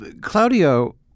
Claudio